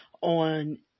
on